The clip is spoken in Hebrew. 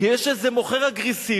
כי יש איזה מוכר אגרסיבי,